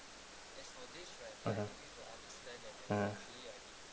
mmhmm mmhmm